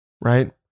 right